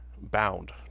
bound